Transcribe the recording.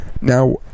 Now